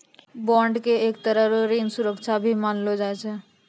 bond के एक तरह रो ऋण सुरक्षा भी मानलो जाय छै